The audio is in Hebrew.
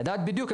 לדעת בדיוק,